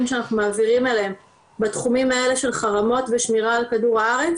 שאנחנו מעבירים אליהם בתחומים האלה של חרמות ושמירה על כדור הארץ.